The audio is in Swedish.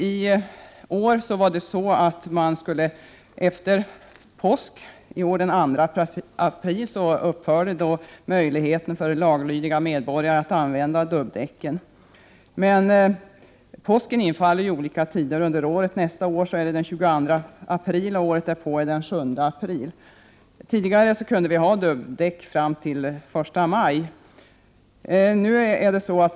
I år upphörde möjligheten för laglydiga medborgare att använda dubbdäck efter påsk, den 2 april. Påsken infaller vid olika tider under året, nästa år den 22 april och året därpå den 7 april. Tidigare kunde man ha dubbdäck fram till den 1 maj.